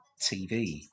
TV